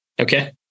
Okay